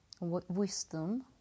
wisdom